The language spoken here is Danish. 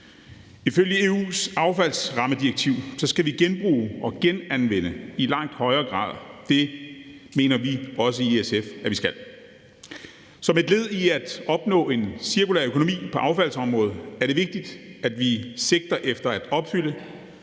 Ifølge EU's affaldsrammedirektiv skal vi genbruge og genanvende i langt højere grad. Det mener vi også i SF at vi skal. Som et led i at opnå en cirkulær økonomi på affaldsområdet er det vigtigt, at vi sigter efter at opfylde